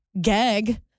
gag